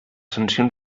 sancions